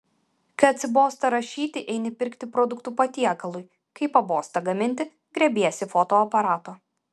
kai atsibosta rašyti eini pirkti produktų patiekalui kai pabosta gaminti griebiesi fotoaparato